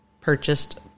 purchased